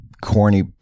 corny